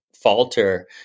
Falter